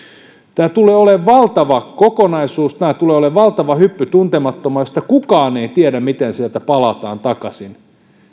tämä tulee olemaan valtava kokonaisuus tämä tulee olemaan valtava hyppy tuntemattomaan josta kukaan ei tiedä miten sieltä palataan takaisin